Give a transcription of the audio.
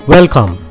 Welcome